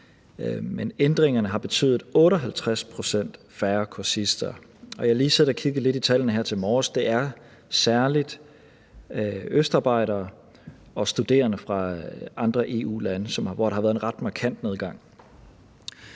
ændringerne har betydet 58 pct. færre kursister. Og jeg har lige siddet og kigget lidt på tallene her til morgen, og det er særlig i tallene for østarbejdere og studerende fra andre EU-lande, der har været en ret markant nedgang.